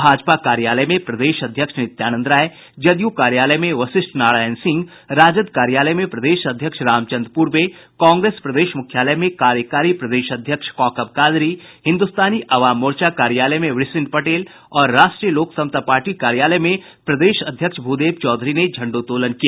भाजपा कार्यालय में प्रदेश अध्यक्ष नित्यानंद राय जदयू कार्यालय में वशिष्ठ नारायण सिंह राजद कार्यालय में प्रदेश अध्यक्ष रामचंद्र पूर्वे कांग्रेस प्रदेश मुख्यालय में कार्यकारी प्रदेश अध्यक्ष कौकब कादरी हिन्दुस्तानी अवाम मोर्चा कार्यालय में व्रषिण पटेल और राष्ट्रीय लोक समता पार्टी कार्यालय में प्रदेश अध्यक्ष भूदेव चौधरी ने झंडोत्तोलन किया